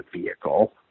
vehicle